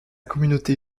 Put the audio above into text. communauté